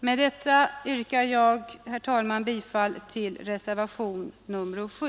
Med detta yrkar jag, herr talman, bifall till reservationen 7.